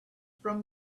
from